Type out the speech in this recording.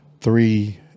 Three